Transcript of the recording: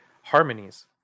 harmonies